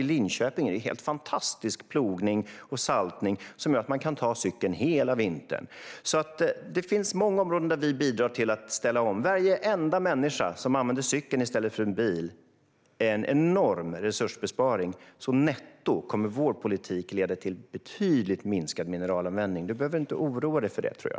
I Linköping är det helt fantastisk plogning och saltning som gör att man kan ta cykeln hela vintern. Det finns alltså många områden där vi bidrar till att ställa om. Varenda människa som använder en cykel i stället för en bil gör en enorm resursbesparing, så netto kommer vår politik att leda till en betydligt minskad mineralanvändning. Jag tror inte att du behöver oroa dig för detta.